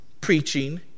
preaching